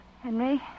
Henry